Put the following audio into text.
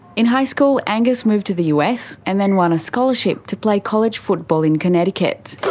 in high school, angus moved to the us, and then won a scholarship to play college football in connecticut.